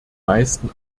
meisten